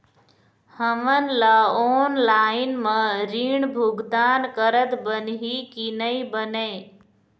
हमन ला ऑनलाइन म ऋण भुगतान करत बनही की नई बने?